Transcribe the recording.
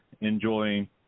enjoying